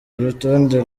urutonde